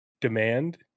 demand